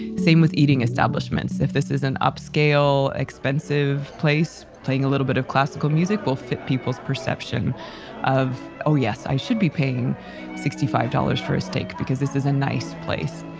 same with eating establishments. if this is an upscale expensive place, playing a little bit of classical music will fit people's perception of, oh yes i should be paying sixty five dollars for a steak, because this is a nice place.